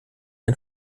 ein